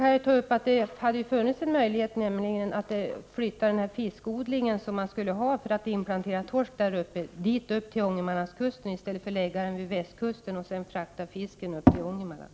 Jag vill också nämna att det hade funnits en möjlighet att flytta fiskodlingen som bedrivs för att man skall kunna inplantera torsk i Ångermanland till Ångermanlandskusten i stället för att förlägga den till västkusten och sedan frakta fisken upp till Ångermanland.